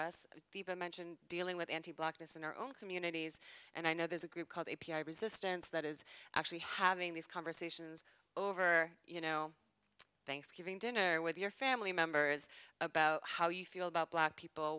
to mention dealing with empty blackness in our own communities and i know there's a group called a p i resistance that is actually having these conversations over you know thanksgiving dinner with your family members about how you feel about black people